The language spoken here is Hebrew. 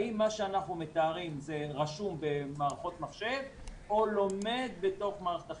האם מה שאנחנו מתארים זה רשום במערכות מחשב או לומד בתוך מערכת החינוך?